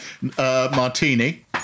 martini